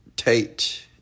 Tate